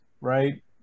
right